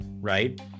right